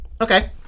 Okay